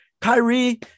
Kyrie